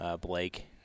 Blake